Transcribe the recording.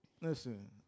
listen